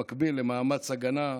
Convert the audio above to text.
במקביל למאמץ הגנה,